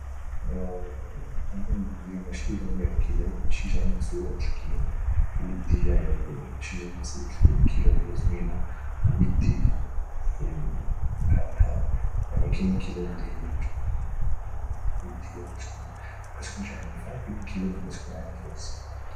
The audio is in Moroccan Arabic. كنضن بلي ماشي جميع الكلاب ماشي جميع سلالات الكلاب ودية يعني ماشي جميع سلالات الكلاب هي زوينة او ودية يعني بحال بحال يعني كاينين كلاب اللي هي كتكون يعني ودية مكتكونش عنيفة وكاينين كلاب كتكون عنيفة بزاف